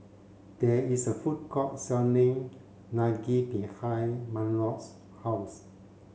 there is a food court selling Unagi behind Mahlon's house